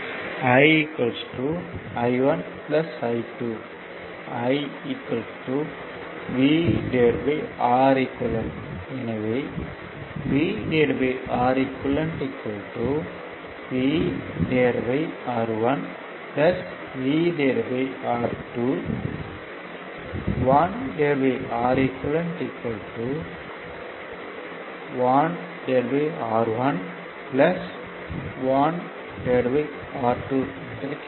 I I1 I2 I VReq எனவே VReq VR1 VR2 1Req 1R1 1R2 என கிடைக்கும்